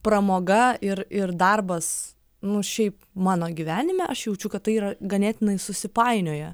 pramoga ir ir darbas nu šiaip mano gyvenime aš jaučiu kad tai yra ganėtinai susipainioję